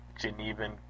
genevan